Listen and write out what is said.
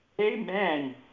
Amen